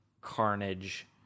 carnage